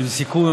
לסיכום,